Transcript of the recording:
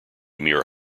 mere